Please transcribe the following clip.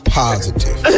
positive